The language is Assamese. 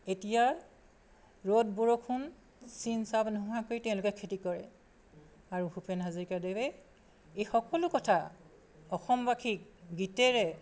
এতিয়া ৰ'দ বৰষুণ চিন চাব নোহোৱাকৈ তেওঁলোকে খেতি কৰে আৰু ভূপেন হাজৰিকাদেৱে এই সকলো কথা অসমবাসীক গীতেৰে